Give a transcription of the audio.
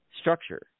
structure